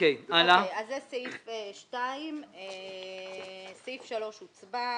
היה סעיף 2. סעיף 3, הוצבע.